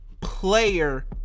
player